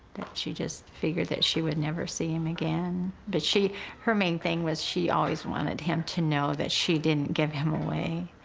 she just figured that she would never see him again. but she her main thing was she always wanted him to know that she didn't give him away.